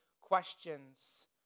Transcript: questions